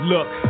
Look